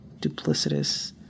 duplicitous